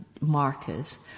markers